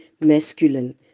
masculine